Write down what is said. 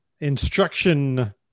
instruction